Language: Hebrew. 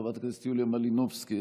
חברת הכנסת יוליה מלינובסקי,